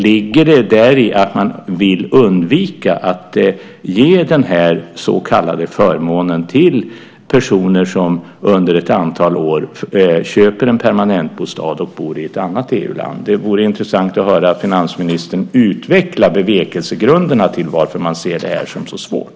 Ligger däri att man vill undvika att ge den så kallade förmånen till personer som köper en permanentbostad i ett annat EU-land och bor där ett antal år? Det vore intressant att höra finansministern utveckla bevekelsegrunderna till varför det ska vara så svårt.